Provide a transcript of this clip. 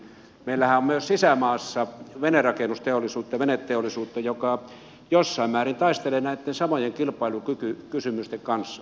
meillähän on myös sisämaassa venerakennusteollisuutta veneteollisuutta joka jossain määrin taistelee näitten samojen kilpailukykykysymysten kanssa